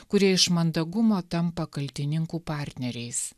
kurie iš mandagumo tampa kaltininkų partneriais